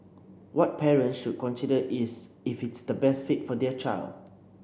what parents should consider is if it is the best fit for their child